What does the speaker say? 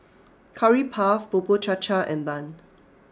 Curry Puff Bubur Cha Cha and Bun